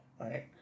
right